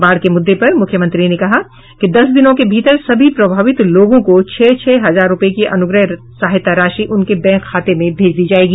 बाढ़ के मुद्दे पर मुख्यमंत्री ने कहा कि दस दिनों के भीतर सभी प्रभावित लोगों को छह छह हजार रूपये की अनुग्रह सहायता राशि उनके बैंक खाते में भेज दी जायेगी